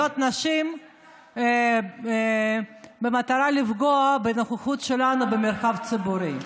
משחיתים שלטים עם דמויות נשים במטרה לפגוע בנוכחות שלנו במרחב הציבורי.